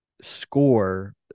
score